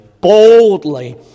boldly